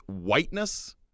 whiteness